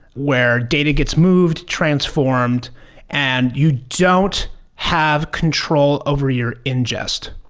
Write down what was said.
where data gets moved, transformed and you don't have control over your ingest.